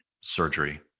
surgery